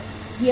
gearbox